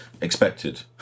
expected